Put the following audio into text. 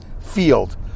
field